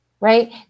right